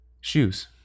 Shoes